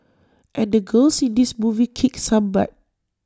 and the girls in this movie kick some butt